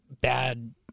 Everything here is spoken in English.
bad